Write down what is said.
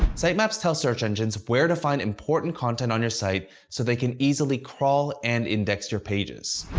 sitemaps tell search engines where to find important content on your site, so they can easily crawl and index your pages.